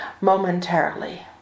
momentarily